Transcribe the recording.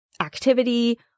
activity